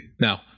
Now